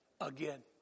again